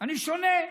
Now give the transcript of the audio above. אני שונה,